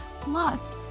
Plus